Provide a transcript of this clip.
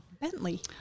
Bentley